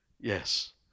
Yes